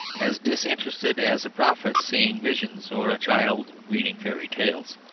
as disinterested as a prophet seeing visions or a child reading fairy-tales.